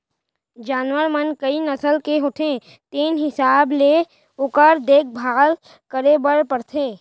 जानवर मन कई नसल के होथे तेने हिसाब ले ओकर देखभाल करे बर परथे